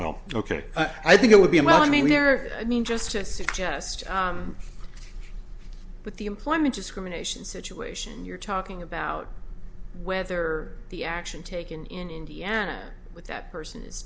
well ok i think it would be a mile i mean there i mean just to suggest but the employment discrimination situation you're talking about whether the action taken in indiana with that person is